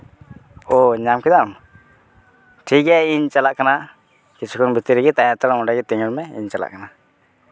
ᱳ ᱧᱟᱢ ᱠᱮᱫᱟᱢ ᱴᱷᱤᱠ ᱜᱮᱭᱟ ᱤᱧ ᱪᱟᱞᱟᱜ ᱠᱟᱱᱟ ᱠᱤᱪᱷᱩ ᱠᱷᱚᱱ ᱵᱷᱤᱛᱨᱤ ᱨᱮᱜᱮ ᱛᱟᱦᱮᱸ ᱦᱟᱛᱟᱲᱚᱜ ᱢᱮ ᱚᱸᱰᱮᱜᱮ ᱛᱤᱸᱜᱩᱱ ᱢᱮ ᱤᱧ ᱪᱟᱞᱟᱜ ᱠᱟᱱᱟ